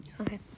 Okay